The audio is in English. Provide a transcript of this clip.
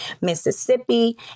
Mississippi